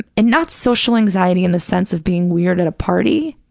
and not social anxiety in the sense of being weird at a party,